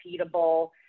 repeatable